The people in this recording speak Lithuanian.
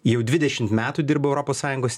jau dvidešim metų dirbau europos sąjungos